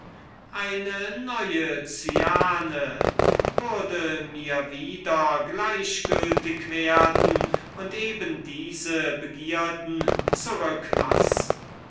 eine neue cyane würde mir wieder gleichgültig werden und eben diese begierden zurück